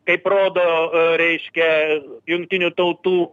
kaip rodo reiškia jungtinių tautų